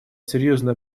серьезную